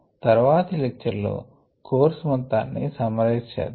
తర్వాతి లెక్చర్ లో కోర్స్ మొత్తాన్ని సమ్మరైజ్ చేద్దాం